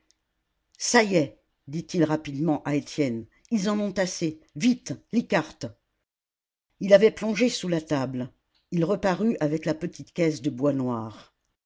ça y est dit-il rapidement à étienne ils en ont assez vite les cartes il avait plongé sous la table il reparut avec la petite caisse de bois noir